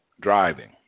driving